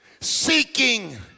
seeking